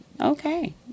Okay